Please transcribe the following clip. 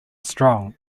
strong